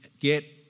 get